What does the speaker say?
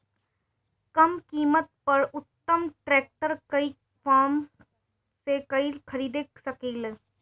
कम कीमत पर उत्तम ट्रैक्टर ई कॉमर्स से कइसे खरीद सकिले?